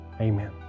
Amen